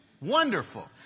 wonderful